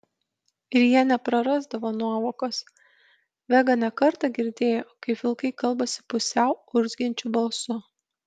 ir jie neprarasdavo nuovokos vega ne kartą girdėjo kaip vilkai kalbasi pusiau urzgiančiu balsu